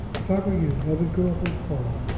if i were you i would go up and call.